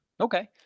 Okay